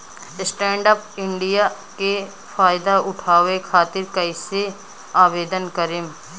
Stand up India के फाइदा उठाओ खातिर कईसे आवेदन करेम?